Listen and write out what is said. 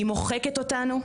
היא מוחקת אותנו,